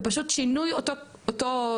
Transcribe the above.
שינוי של אותה